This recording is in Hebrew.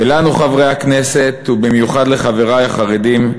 ולנו, חברי הכנסת, ובמיוחד לחברי החרדים,